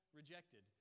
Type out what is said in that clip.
rejected